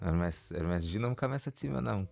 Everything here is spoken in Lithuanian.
ar mes ir mes žinome ką mes atsimename